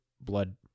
blood